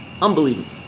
unbelievable